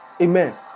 Amen